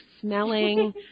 smelling